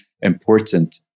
important